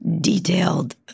detailed